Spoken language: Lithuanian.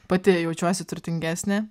pati jaučiuosi turtingesnė